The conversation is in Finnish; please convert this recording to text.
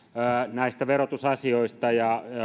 näistä verotusasioista ja